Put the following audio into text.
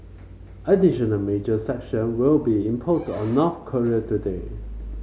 additional major sanction will be imposed on North Korea today